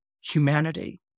humanity